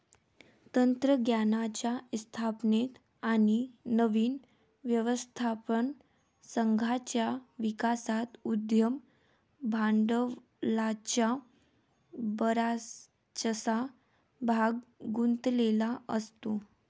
तंत्रज्ञानाच्या स्थापनेत आणि नवीन व्यवस्थापन संघाच्या विकासात उद्यम भांडवलाचा बराचसा भाग गुंतलेला असतो